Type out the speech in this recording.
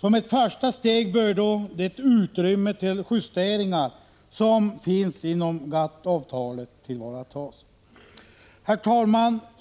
Som ett första steg bör då det utrymme till justeringar som finns inom GATT-avtalet tillvaratas. Herr talman!